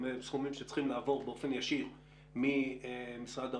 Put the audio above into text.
הם סכומים שצריכים לעבור באופן ישיר ממשרד האוצר.